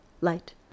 light